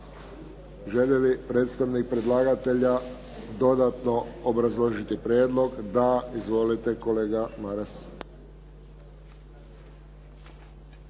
Želi li predstavnik predlagatelja dodatno obrazložiti prijedlog? Da. Izvolite, kolega Maras.